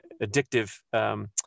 addictive